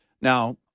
Now